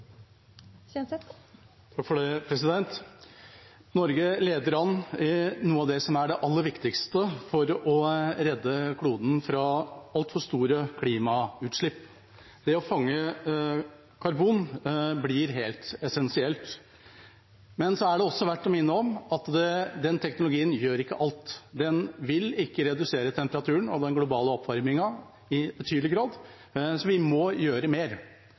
det aller viktigste for å redde kloden fra altfor store klimautslipp. Det å fange karbon blir helt essensielt, men det er også verdt å minne om at den teknologien ikke gjør alt. Den vil ikke redusere temperaturen og den globale oppvarmingen i betydelig grad, så vi må gjøre mer,